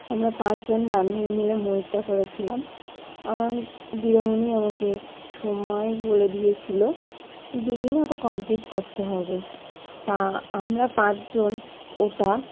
আমরা পাঁচ জন বান্ধবী মিলে ময়ূরটা করেছিলাম আমার দিদিমণি আমাকে সময় বলে দিয়েছিল দু দিনে ওটা কমপ্লিট করতে হবে তা আমরা পাঁচ জন ওটা